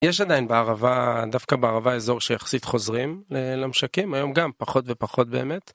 יש עדיין בערבה, דווקא בערבה אזור שיחסית חוזרים למשקים, היום גם, פחות ופחות באמת.